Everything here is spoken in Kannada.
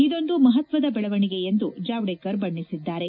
ಇದೊಂದು ಮಹತ್ವದ ಬೆಳವಣಿಗೆ ಎಂದು ಜಾವಡೇಕರ್ ಬಣ್ಣಿಸಿದ್ದಾರೆ